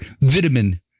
vitamin